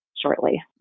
shortly